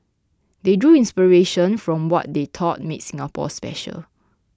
they drew inspiration from what they thought made Singapore special